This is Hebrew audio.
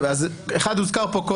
האם לאותו נאשם